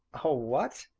a what?